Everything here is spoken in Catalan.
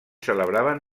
celebraven